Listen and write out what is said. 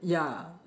ya